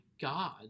God